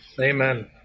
Amen